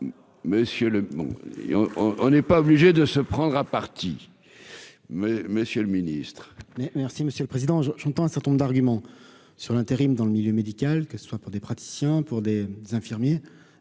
on on est pas obligé de se prendre à partie mais Monsieur le Ministre. Merci monsieur le président je j'entends un certain nombre d'arguments sur l'intérim dans le milieu médical, que ce soit pour des praticiens pour des infirmiers